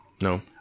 No